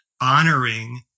honoring